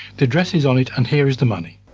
the address is on it, and here is the money.